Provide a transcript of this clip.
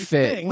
fit